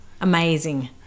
Amazing